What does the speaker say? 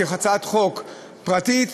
כהצעת חוק פרטית,